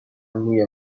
موی